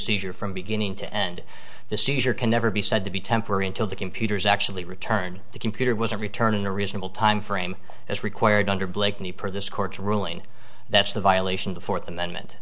seizure from beginning to end the seizure can never be said to be temporary until the computers actually return the computer was a return in a reasonable time frame as required under blakeney per this court's ruling that's the violation the fourth amendment